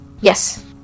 Yes